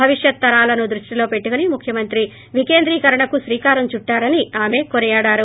భవిష్యత్ తరాలను దృష్టిలో పెట్టుకుని ముఖ్యమంత్రి వికేంద్రీకరణకు శ్రీకారం చుట్టారని ఆమె కొనియాడారు